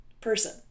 person